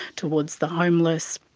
towards the homeless,